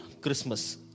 Christmas